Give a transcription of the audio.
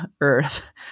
Earth